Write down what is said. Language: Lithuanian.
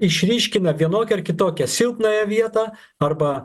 išryškina vienokią ar kitokią silpnąją vietą arba